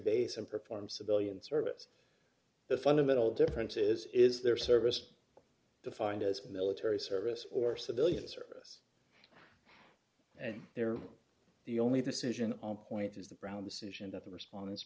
base and perform civilian service the fundamental difference is is their service defined as military service or civilian service and there the only decision on point is the brown decision that the respon